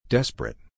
Desperate